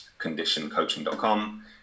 conditioncoaching.com